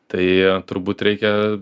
tai turbūt reikia